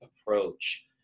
approach